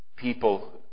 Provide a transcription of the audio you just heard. people